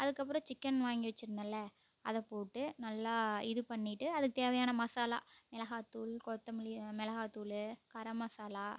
அதுக்கப்புறம் சிக்கன் வாங்கி வச்சிருந்தேன்ல அதை போட்டு நல்லா இது பண்ணிட்டு அதுக்கு தேவையான மசாலா மிளகாய் தூள் கொத்தமல்லி மிளகாய் தூள் கரம் மசாலா